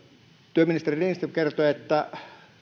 työministeri lindström kertoi että